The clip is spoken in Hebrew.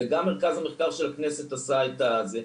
וגם מרכז המחקר של הכנסת עשה את המחקר.